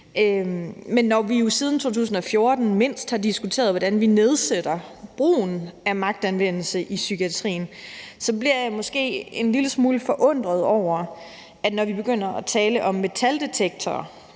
Men når vi jo siden 2014, mindst, har diskuteret, hvordan vi nedbringer brugen af magtanvendelse i psykiatrien, bliver jeg måske en lille smule forundret, når vi begynder at tale om metaldetektorer